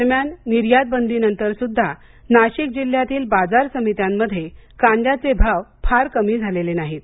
दरम्यान निर्यातबंदीनंतर सुध्दा नाशिक जिल्ह्यातील बाजार समित्यांमध्ये कांद्याचे भाव फार कमी झालेले नाहीत